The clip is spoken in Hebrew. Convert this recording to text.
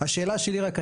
השאלה שלי רק,